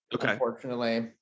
unfortunately